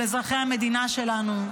של אזרחי המדינה שלנו.